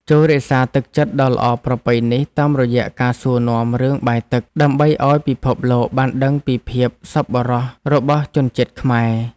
ចូររក្សាទឹកចិត្តដ៏ល្អប្រពៃនេះតាមរយៈការសួរនាំរឿងបាយទឹកដើម្បីឱ្យពិភពលោកបានដឹងពីភាពសប្បុរសរបស់ជនជាតិខ្មែរ។